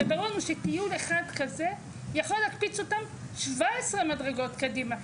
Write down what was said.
זה ברור לנו שטיול אחד כזה יכול להקפיץ אותם 17 מדרגות קדימה,